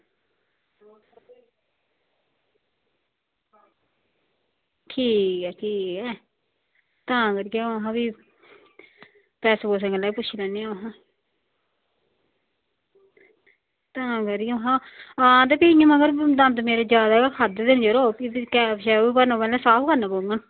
ठीक ऐ ठीक ऐ तां करियै अ'ऊं महां फ्ही पैसे पूसे गल्ला पुच्छी लैन्नी आं महां तां करियै महां तां ते फ्ही इ'यां महां दंद मेरे ज्यादा गै खाद्धे दे न यरो फिर कैप बी भरना पैह्लें साफ करने पौङन